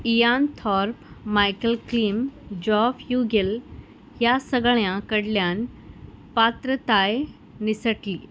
Ian Thorpe Michael Klein Jeff Kugel ह्या सगळ्यां कडल्यान पात्रताय निसटली